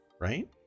Right